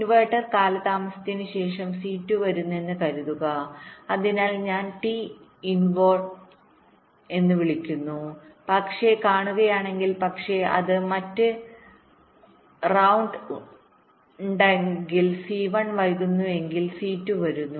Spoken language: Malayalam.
ഇൻവെർട്ടർ കാലതാമസത്തിന് ശേഷം C2 വരുന്നുവെന്ന് കരുതുക അതിനാൽ ഞാൻ ടി ഇൻവോൾt invവിളിക്കുന്നു പക്ഷേ കാണുകയാണെങ്കിൽ പക്ഷേ അത് മറ്റ് റൌണ്ട് ണ്ടാണെങ്കിൽ C1 വൈകുന്നുവെങ്കിൽ C2 വരുന്നു